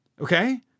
Okay